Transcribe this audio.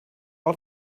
ort